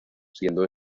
siendo